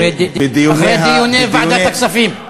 בדיוני, אחרי דיוני ועדת הכספים.